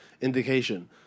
indication